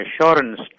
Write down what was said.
assurance